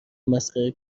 مسخره